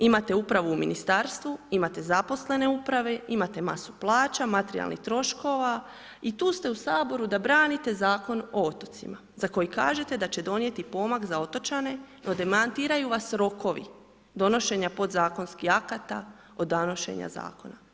Imate upravu u Ministarstvu, imate zaposlene u upravi, imate masu plaća, materijalnih troškova i tu ste u Saboru da branite Zakon o otocima za koji kažete da će donijeti pomak za otočane no demantiraju vas rokovi donošenja podzakonskih akata od donošenja Zakona.